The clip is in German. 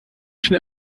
schon